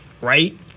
right